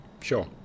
Sure